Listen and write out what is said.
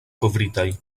kovritaj